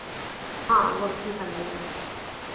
हाँ वर्लपुल का लेंगे